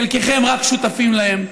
חלקכם רק שותפים להם,